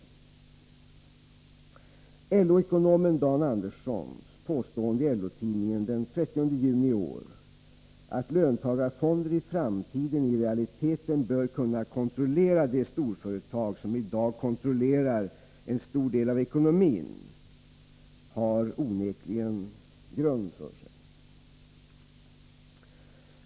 LO-ekonomen Dan Anderssons påstående i LO-tidningen den 30 juni i år att ”löntagarfonder i framtiden i realiteten bör kunna kontrollera de storföretag som i dag kontrollerar en stor del av ekonomin” har onekligen grund för sig.